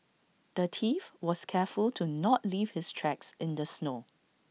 the thief was careful to not leave his tracks in the snow